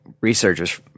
researchers